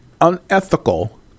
unethical